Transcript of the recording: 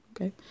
okay